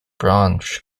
branch